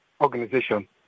organization